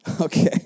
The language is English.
Okay